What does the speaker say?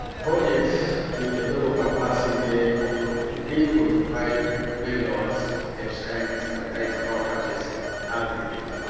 projects with a total capacity of fifty three point five megawatts have signed standardized power purchase agreements.